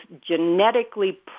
genetically